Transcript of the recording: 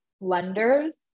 lenders